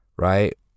Right